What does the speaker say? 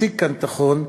שהציג כאן את החוק,